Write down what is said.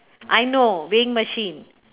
I know weighing machine